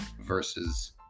versus